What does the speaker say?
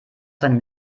seinem